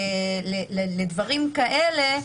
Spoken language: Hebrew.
לדברים כאלה,